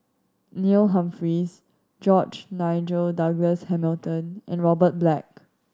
Neil Humphreys George Nigel Douglas Hamilton and Robert Black